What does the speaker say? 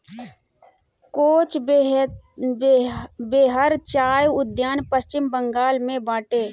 कोच बेहर चाय उद्यान पश्चिम बंगाल में बाटे